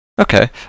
Okay